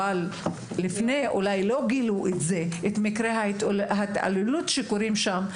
אולי לפני זה לא גילו את זה את מקרי ההתעללות שקורים שם.